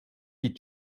die